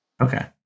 Okay